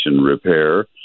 Repair